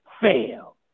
fail